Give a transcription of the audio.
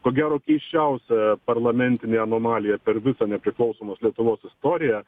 ko gero keisčiausia parlamentinė anomalija per visą nepriklausomos lietuvos istoriją